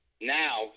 Now